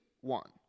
one